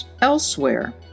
elsewhere